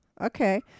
Okay